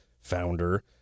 founder